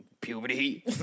puberty